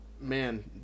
man